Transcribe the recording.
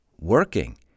working